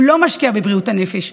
הוא לא משקיע בבריאות הנפש.